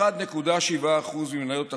ב-1.7% ממניות החברה,